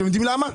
אתם יודעים למה?